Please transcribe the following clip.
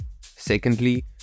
Secondly